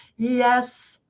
yes,